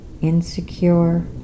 insecure